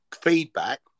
feedback